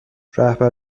رهبر